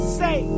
say